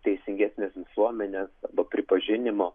teisingesnės visuomenės pripažinimo